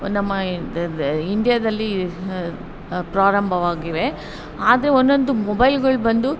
ನಮ್ಮ ಇಂಡಿಯಾದಲ್ಲಿ ಪ್ರಾರಂಭವಾಗಿವೆ ಆದರೆ ಒಂದೊಂದು ಮೊಬೈಲ್ಗಳು ಬಂದು